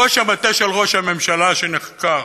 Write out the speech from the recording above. ראש המטה של ראש הממשלה נחקר,